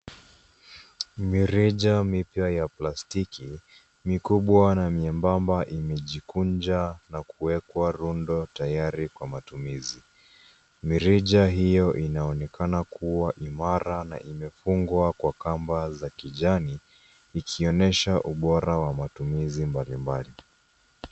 Mirija mipya ya plastiki mikubwa na miembamba imejikunja na kuekwa rundo tayari kwa matumizi, mirija hiyo inaonekana kuwa imara na imefungwa kwa kamba za kijani ikionyesha ubora wa matumizi ya nyumbani.